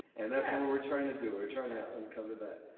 and that's what we're trying to do or trying to uncover that.